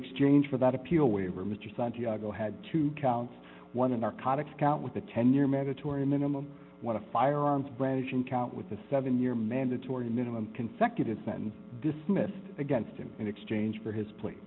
exchange for that appeal waiver mr santiago had two counts one in our conduct count with a ten year mandatory minimum one a firearms brannigan count with a seven year mandatory minimum consecutive sentence dismissed against him in exchange for his pl